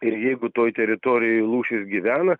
ir jeigu toj teritorijoj lūšis gyvena